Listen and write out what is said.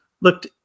looked